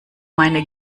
meine